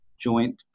joint